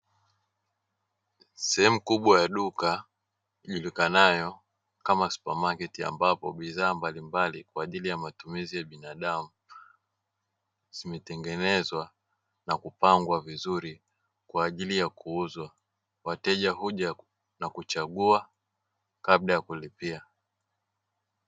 Sehemu kubwa ya duka ijulikanayo kama supamaketi ambapo bidhaa mbalimbali kwa ajili ya matumizi ya binadamu zimetengenezwa na kupangwa vizuri kwa ajili ya kuuzwa, wateja huja na kuchagua kabla ya kulipia.